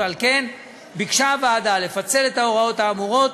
ועל כן ביקשה הוועדה לפצל את ההוראות האמורות